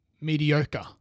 mediocre